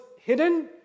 hidden